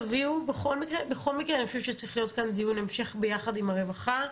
בכל מקרה אני חושבת שצריך להיות כאן דיון המשך ביחד עם הרווחה,